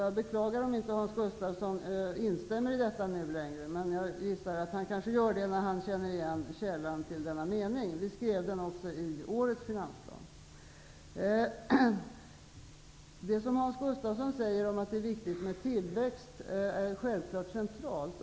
Jag beklagar om inte Hans Gustafsson instämmer i detta nu längre, men jag misstänker att han kanske gör det när han känner igen källan till denna mening. Vi skrev den också i årets finansplan. Hans Gustafsson säger att det är viktigt med tillväxt, och det är självklart centralt.